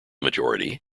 majority